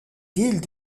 villes